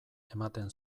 ematen